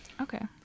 Okay